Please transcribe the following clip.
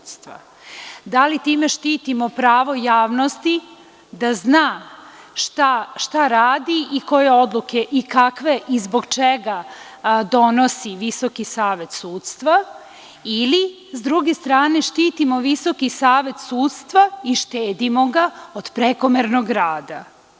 Da li time štitimo pravo javnosti da zna šta radi i koje odluke i kakve i zbog čega donosi VSS ili sa druge strane, štitimo VSS i štedimo ga od prekomernog rada.